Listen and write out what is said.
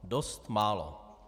Dost málo.